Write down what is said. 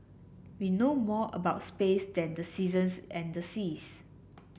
we know more about space than the seasons and the seas